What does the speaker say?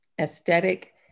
aesthetic